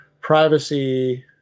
privacy